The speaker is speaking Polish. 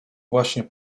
właśnie